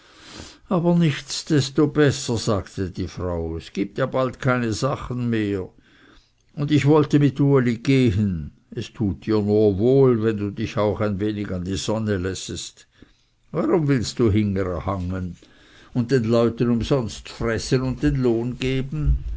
aber nichts desto besser sagte die frau es gibt ja bald keine sachen mehr und ich wollte mit uli gehen es tut dir nur wohl wenn du dich auch ein wenig an die sonne lässest warum willst du hingere hangen und den leuten umsonst z'fressen und den lohn geben